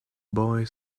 boy